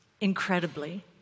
incredibly